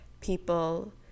people